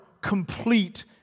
complete